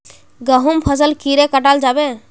गहुम फसल कीड़े कटाल जाबे?